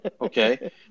Okay